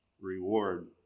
reward